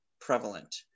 prevalent